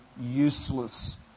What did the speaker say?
useless